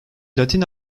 latin